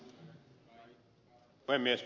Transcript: herra puhemies